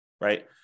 Right